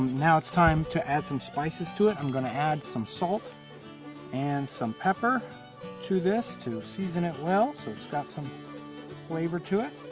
now it's time to add some spices to it. i'm going to add some salt and some pepper to this to and it well so it's got some flavor to it.